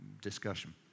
discussion